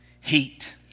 heat